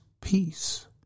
peace